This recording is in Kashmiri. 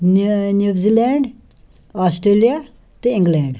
نِو نِو زِلینٛڈ آسٹیلِیا تہٕ انٛگلینٛڈ